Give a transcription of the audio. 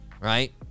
right